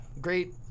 great